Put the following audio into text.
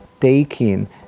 taking